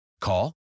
Call